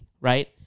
right